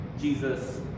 Jesus